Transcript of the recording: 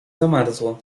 zamarzło